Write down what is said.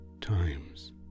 times